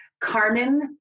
Carmen